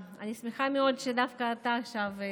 אני שמחה מאוד שדווקא עכשיו אתה,